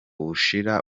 bushira